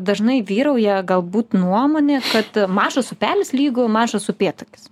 dažnai vyrauja galbūt nuomonė kad mažas upelis lygu mažas upėtakis